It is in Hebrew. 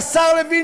והשר לוין,